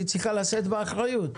היא צריכה לשאת באחריות.